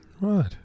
Right